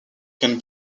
can